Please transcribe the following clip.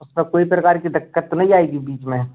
उसका कोई प्रकार की दिक्कत तो नहीं जाएगी बीच में